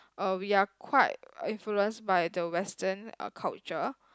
uh we are quite influenced by the Western uh culture